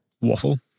waffle